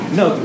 no